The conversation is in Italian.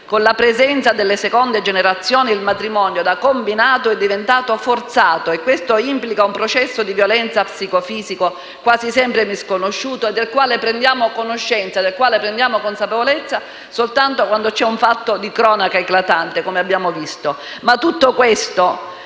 Con la presenza delle seconde generazioni il matrimonio, da combinato, è diventato forzato. Questo implica un processo di violenza psicofisica, quasi sempre misconosciuto, del quale prendiamo coscienza e consapevolezza soltanto quando si verifica un fatto di cronaca eclatante, come abbiamo visto.